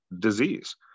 disease